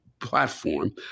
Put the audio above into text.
platform